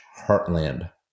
heartland